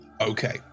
Okay